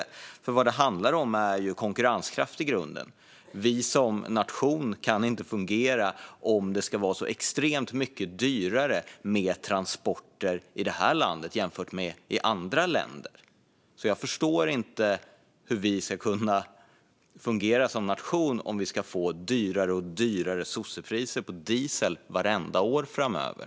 Vad det handlar om är i grunden konkurrenskraft. Vi som nation kan inte fungera om det ska vara så extremt mycket dyrare med transporter i det här landet jämfört med andra länder. Jag förstår inte hur vi ska kunna fungera som nation om vi får dyrare och dyrare sossepriser på diesel vartenda år framöver.